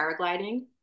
paragliding